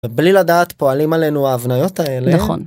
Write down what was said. ובלי לדעת פועלים עלינו ההבניות האלה. -נכון.